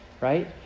right